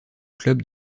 club